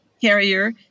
carrier